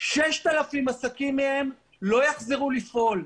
6,000 עסקים מהם לא יחזרו לפעול.